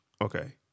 Okay